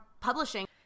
publishing